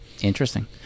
interesting